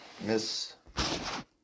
Miss